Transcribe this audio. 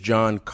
John